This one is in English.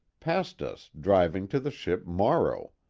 passed us, driving to the ship morrow.